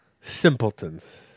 Simpletons